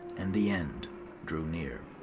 and the end drew near!